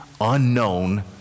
unknown